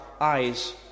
eyes